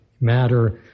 matter